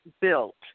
built